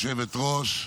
גברתי היושבת-ראש,